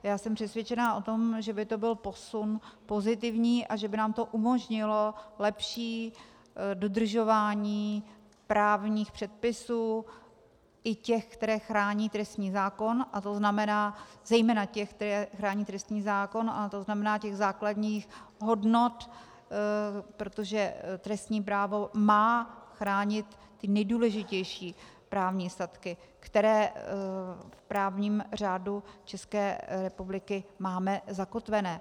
Já jsem přesvědčena o tom, že by to byl pozitivní posun a že by nám to umožnilo lepší dodržování právních předpisů, i těch, které chrání trestní zákon, zejména těch, které chrání trestní zákon, a to znamená těch základních hodnot, protože trestní právo má chránit ty nejdůležitější právní statky, které v právním řádu České republiky máme zakotvené.